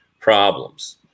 problems